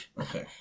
Okay